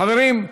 חברים,